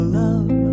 love